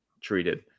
treated